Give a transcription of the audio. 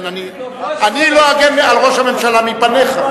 אני לא אגן על ראש הממשלה מפניך.